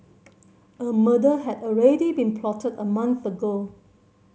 a murder had already been plotted a month ago